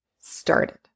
started